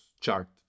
chart